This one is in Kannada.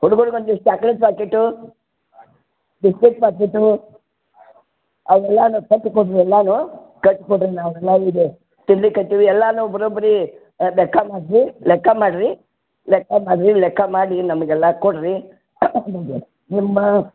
ಹುಡ್ಗುರ್ಗೆ ಒಂದಿಷ್ಟು ಚಾಕ್ಲೆಟ್ ಪಾಕೀಟು ಬಿಸ್ಕಿಟ್ ಪಾಕೀಟು ಅವೆಲ್ಲಾ ಕಟ್ಟಿ ಕೊಡಿರಿ ಎಲ್ಲಾ ಕಟ್ಟಿ ಕೊಡಿರಿ ನಾವೆಲ್ಲರೂ ಇದೇವೆ ತಿನ್ಲಿಕ್ಕೆ ಹತ್ತೀವಿ ಎಲ್ಲಾ ಬರೋಬ್ಬರಿ ಲೆಕ್ಕ ಮಾಡಿರಿ ಲೆಕ್ಕ ಮಾಡಿರಿ ಲೆಕ್ಕ ಮಾಡಿರಿ ಲೆಕ್ಕ ಮಾಡಿ ನಮಗೆಲ್ಲ ಕೊಡಿರಿ ನಿಮ್ಮ